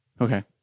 Okay